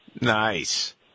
Nice